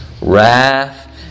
Wrath